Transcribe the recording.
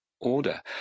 order